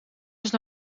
als